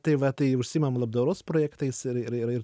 tai va tai užsiimam labdaros projektais ir ir ir